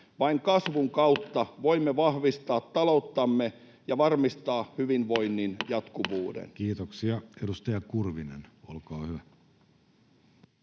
Vain kasvun kautta voimme vahvistaa talouttamme ja varmistaa hyvinvoinnin jatkuvuuden. Kiitoksia. — Edustaja Kurvinen, olkaa hyvä.